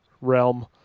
realm